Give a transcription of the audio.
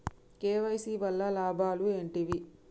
KYC వల్ల లాభాలు ఏంటివి?